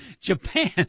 Japan